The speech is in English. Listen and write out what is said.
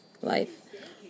Life